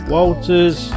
Walters